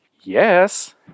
yes